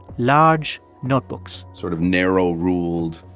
large notebooks sort of narrow-ruled.